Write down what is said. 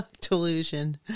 Delusion